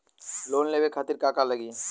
Loan लेवे खातीर का का लगी?